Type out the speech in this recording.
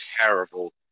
terrible